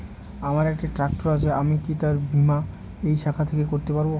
আমার একটি ট্র্যাক্টর আছে আমি কি তার বীমা এই শাখা থেকে করতে পারব?